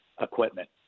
equipment